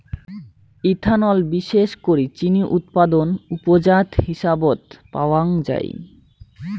ethanol বিশেষ করি চিনি উৎপাদন উপজাত হিসাবত পাওয়াঙ যাই